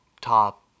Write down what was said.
top